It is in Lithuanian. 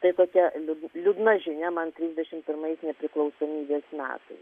tai tokia liūdna žinia man trisdešimt pirmais nepriklausomybės metais